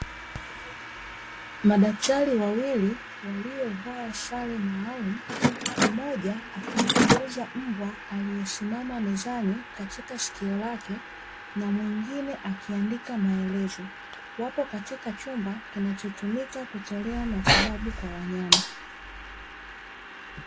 Madaktari wawili waliovaa sare maalum mmoja akimchunguza mbwa aliyesimama mezani katika sikio lake, na mwingine akiandika maelezo wapo katika chumba kinachotumika kutolea matibabu kwa wanyama.